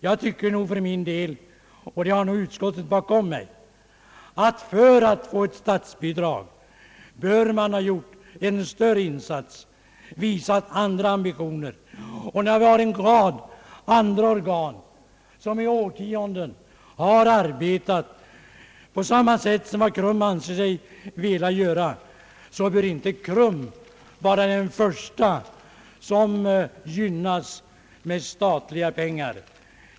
Jag tycker nog för min del — och jag har utskottet bakom mig att man för att få ett statsbidrag bör ha gjort en större insats och visat andra ambitioner. Här har funnits en rad andra organisationer som i årtionden arbetat på samma sätt som KRUM anser sig ha gjort. KRUM bör väl då inte vara den första organisation av detta slag som skall gynnas med statliga medel.